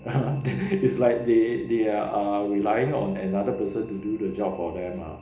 it's like they they are ah relying on another person to do the job for them lah